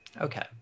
Okay